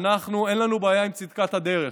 אין לנו בעיה עם צדקת הדרך.